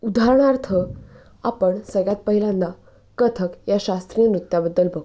उदाहरणार्थ आपण सगळ्यात पहिल्यांदा कथक या शास्त्रीय नृत्याबद्दल बघतो